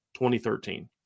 2013